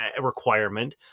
requirement